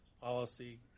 policy